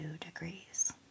degrees